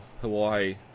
Hawaii